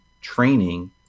training